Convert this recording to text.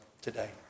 today